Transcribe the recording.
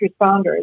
responders